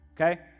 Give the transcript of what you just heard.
okay